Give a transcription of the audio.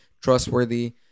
trustworthy